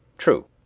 true,